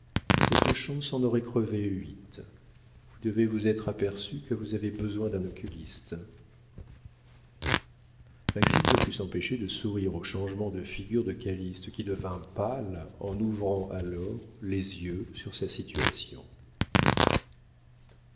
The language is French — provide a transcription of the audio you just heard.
cette schontz en aurait crevé huit vous devez vous être aperçu que vous avez besoin d'un oculiste maxime ne put s'empêcher de sourire au changement de figure de calyste qui devint pâle en ouvrant alors les yeux sur sa situation